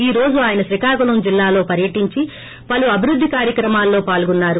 ఈ రోజు ఆయన శ్రీకోకుళం జిల్లలో పర్యటించి పలు అభివృద్ది కార్యక్రమాల్లో పాల్గోన్నారు